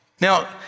Now